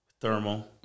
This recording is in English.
thermal